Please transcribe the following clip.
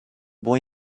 boy